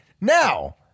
Now